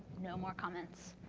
no more comments.